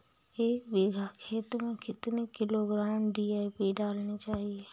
एक बीघा खेत में कितनी किलोग्राम डी.ए.पी डालनी चाहिए?